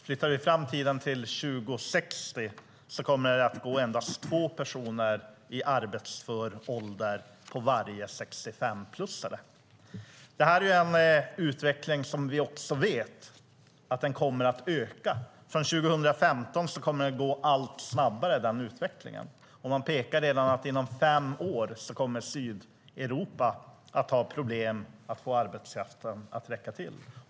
Flyttar vi fram tiden till 2060 kommer det att gå endast två personer i arbetsför ålder på varje 65-plussare. Det är en utveckling som vi vet kommer att öka. Från 2015 kommer den utvecklingen att gå allt snabbare. Man pekar redan på att inom fem år kommer Sydeuropa att ha problem att få arbetskraften att räcka till.